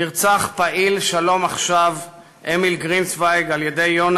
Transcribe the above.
נרצח פעיל "שלום עכשיו" אמיל גרינצווייג על-ידי יונה